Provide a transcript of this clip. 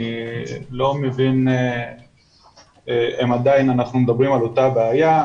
אני לא מבין אם אנחנו עדיין מדברים על אותה בעיה.